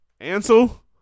Ansel